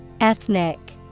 Ethnic